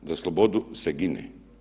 Za slobodu se gine.